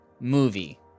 movie